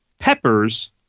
Peppers